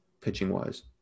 pitching-wise